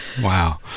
Wow